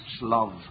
love